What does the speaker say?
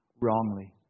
wrongly